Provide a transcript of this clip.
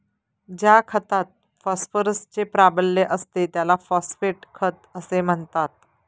ज्या खतात फॉस्फरसचे प्राबल्य असते त्याला फॉस्फेट खत असे म्हणतात